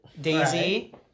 Daisy